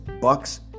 Bucks